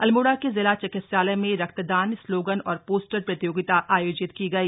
अल्मोड़ा के जिला चिकित्सालय में रक्तदान स्लोगन और पोस्टर प्रतियोगिता आयोजित की गई